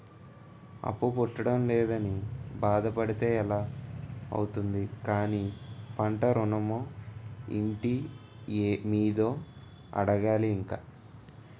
అప్పు పుట్టడం లేదని బాధ పడితే ఎలా అవుతుంది కానీ పంట ఋణమో, ఇంటి మీదో అడగాలి ఇంక